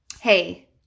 hey